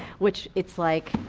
which it's like,